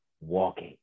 walking